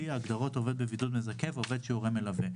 ההגדרות "עובד בבידוד מזכה" ו"עובד שהוא הורה מלווה")